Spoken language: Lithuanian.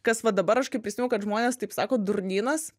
kas va dabar aš kaip prisiminiau kad žmonės taip sako durnynas